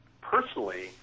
personally